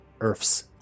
Earth's